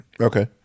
Okay